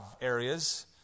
areas